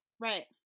Right